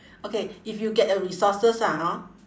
okay if you get a resources ah hor